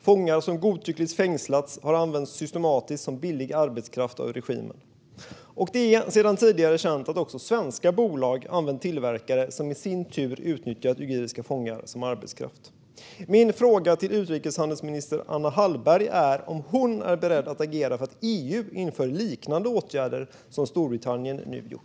Fångar som godtyckligt fängslats har använts systematiskt som billig arbetskraft av regimen. Det är sedan tidigare känt att också svenska bolag använt tillverkare som i sin tur har utnyttjat uiguriska fångar som arbetskraft. Min fråga till utrikeshandelsminister Anna Hallberg är om hon är beredd att agera för att EU inför åtgärder liknande dem som Storbritannien nu inför.